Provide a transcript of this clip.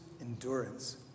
endurance